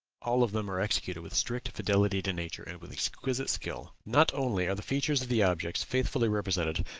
all of them are executed with strict fidelity to nature, and with exquisite skill. not only are the features of the objects faithfully represented,